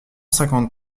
cinquante